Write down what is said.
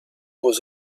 was